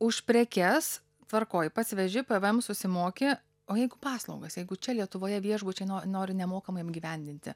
už prekes tvarkoj pats veži pvm susimoki o jeigu paslaugas jeigu čia lietuvoje viešbučiai nori nemokamai apgyvendinti